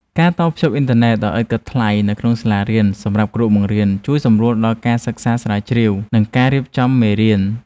ការតភ្ជាប់អ៊ីនធឺណិតដោយឥតគិតថ្លៃនៅក្នុងសាលារៀនសម្រាប់គ្រូបង្រៀនជួយសម្រួលដល់ការសិក្សាស្រាវជ្រាវនិងការរៀបចំមេរៀន។